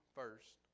first